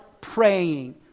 praying